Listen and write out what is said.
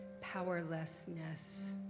powerlessness